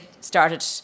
started